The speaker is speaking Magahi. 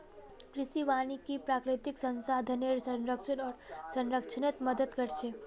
कृषि वानिकी प्राकृतिक संसाधनेर संरक्षण आर संरक्षणत मदद कर छे